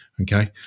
okay